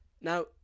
Now